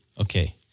Okay